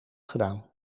gedaan